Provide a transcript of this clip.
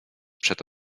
przed